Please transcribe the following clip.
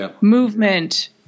movement